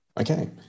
Okay